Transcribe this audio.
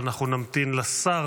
אבל אנחנו נמתין לשר,